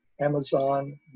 Amazon